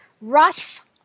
Russ